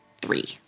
three